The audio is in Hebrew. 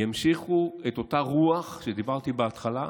ימשיכו את אותה רוח שדיברתי עליה בהתחלה,